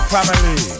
Family